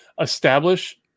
establish